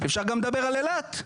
אפשר גם לדבר על אילת.